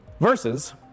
versus